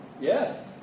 Yes